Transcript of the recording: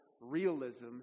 realism